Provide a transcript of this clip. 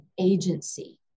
agency